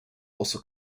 also